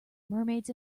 mermaids